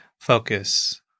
focus